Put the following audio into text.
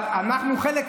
אבל אנחנו חלק מהקופה.